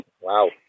Wow